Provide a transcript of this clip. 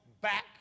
back